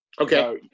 okay